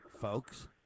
folks